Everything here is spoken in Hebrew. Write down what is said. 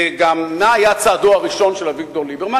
ומה היה צעדו הראשון של אביגדור ליברמן?